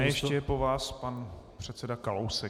Ne, ještě je po vás pan předseda Kalousek.